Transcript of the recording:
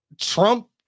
Trump